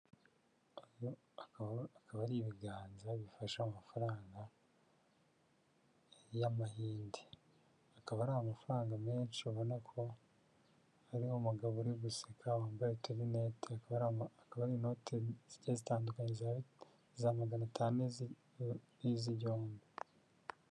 Ibi akaba ari ibiganza bifashe amafaranga y'amahinde, akaba ari amafaranga menshi ubona ko hariho umugabo uri guseka wambaye uturinete, akaba ari inote zigiye zitandukanye iza magana atanu n'iz'igihumbi.